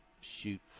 shoot